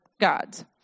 gods